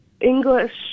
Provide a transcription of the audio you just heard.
English